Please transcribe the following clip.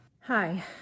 Hi